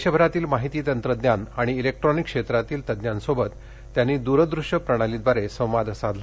देशभरातील माहिती तंत्रज्ञान आणि इलेक्ट्रॉनिक क्षेत्रातील तज्ञांसोबत त्यांनी दूरदृश्यप्रणालीद्वारे संवाद साधला